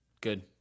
good